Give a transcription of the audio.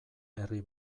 herri